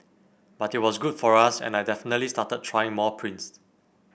but it was good for us and I definitely started trying more prints